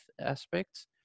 aspects